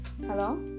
Hello